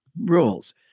rules